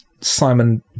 Simon